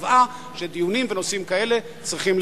קבעה שדיונים בנושאים כאלה צריכים לעלות בו.